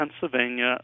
Pennsylvania